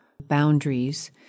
boundaries